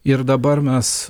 ir dabar mes